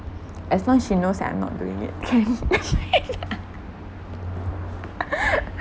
as long as she knows that I'm not doing it okay